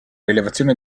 rilevazione